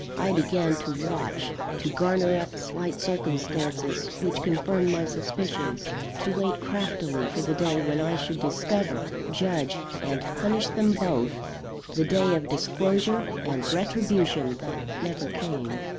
i began to watch to garner up slight circumstances which confirmed my suspicions to wait craftily for the day when i should discover, judge, and punish them both the day of disclosure and retribution that never came.